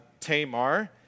Tamar